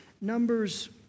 number's